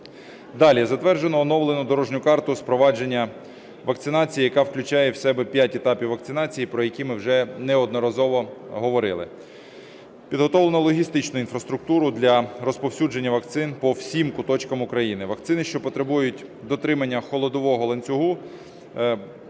Далі. Затверджено оновлену дорожню карту з впровадження вакцинації, яка включає в себе п'ять етапів вакцинації, про які ми вже неодноразово говорили. Підготовлено логістичну інфраструктуру для розповсюдження вакцин по всім куточкам України. Вакцини, що потребують дотримання холодового ланцюгу,